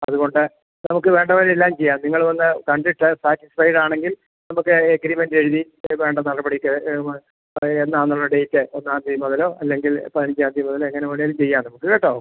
അതുകൊണ്ട് നമുക്ക് വേണ്ടപോലെ എല്ലാം ചെയ്യാം നിങ്ങൾ വന്ന് കണ്ടിട്ട് സാറ്റിസ്ഫൈഡ് ആണെങ്കിൽ നമുക്ക് എഗ്രിമെൻറ് എഴുതി വേണ്ട നടപടിക്രമം അത് എന്നാണെന്നുള്ള ഡേറ്റ് ഒന്നാംതീയ്യതി മുതലോ അല്ലെങ്കിൽ പതിനഞ്ചാംതീയ്യതി മുതലോ എങ്ങനെ വേണേലും ചെയ്യാം നമുക്ക് കേട്ടോ